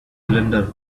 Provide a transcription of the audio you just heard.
cylinder